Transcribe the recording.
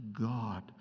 God